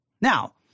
Now